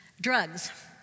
Drugs